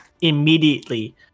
immediately